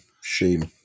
shame